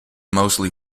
mostly